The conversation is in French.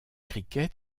cricket